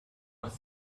with